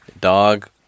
Dog